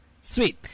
Sweet